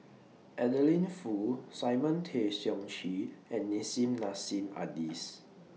Adeline Foo Simon Tay Seong Chee and Nissim Nassim Adis